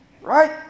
Right